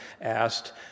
asked